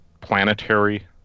planetary